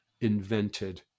invented